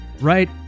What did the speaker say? right